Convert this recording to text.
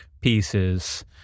pieces